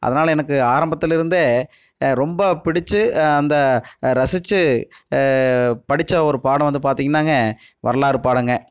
அதனால எனக்கு ஆரம்பத்தில் இருந்தே ரொம்ப பிடித்து அந்த ரசித்து படித்த ஒரு பாடம் வந்து பார்த்தீங்கன்னாங்க வரலாறு பாடங்க